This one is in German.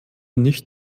nicht